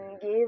give